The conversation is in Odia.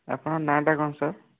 ଆପଣଙ୍କ ନାଁଟା କ'ଣ ସାର୍